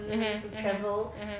mmhmm mmhmm mmhmm